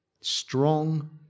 strong